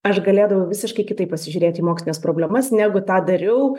aš galėdavau visiškai kitaip pasižiūrėt į mokslines problemas negu tą dariau